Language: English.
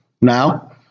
Now